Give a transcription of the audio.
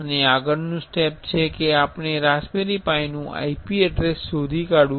અને આગળનું સ્ટેપ છે કે આપણે રાસબેરિ પાઇનુ IP એડ્રેસ શોધી કાઢવુ છે